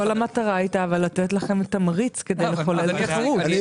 כל המטרה הייתה לתת לכם תמריץ כדי לחולל את התחרות.